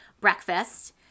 breakfast